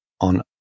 on